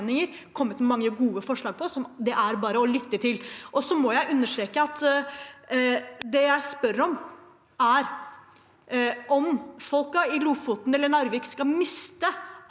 det bare er å lytte til. Jeg må understreke at det jeg spør om, er om folket i Lofoten eller Narvik skal miste